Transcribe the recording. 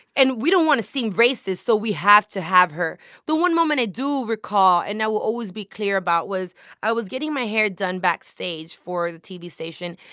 and we don't want to seem racist, so we have to have her the one moment i do recall and i will always be clear about was i was getting my hair done backstage for the tv station.